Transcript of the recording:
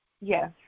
Yes